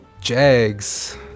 Jags